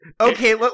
Okay